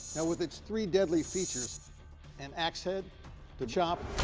now with its three deadly features an axe head the chop